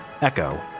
echo